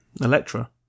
Electra